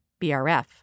BRF